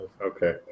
Okay